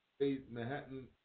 Manhattan